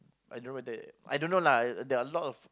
I don't know whether I don't know lah there are a lot of